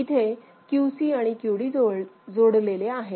इथे QC आणि QD जोडलेले आहेत